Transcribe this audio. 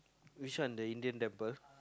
which one the Indian temple